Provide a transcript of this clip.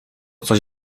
coś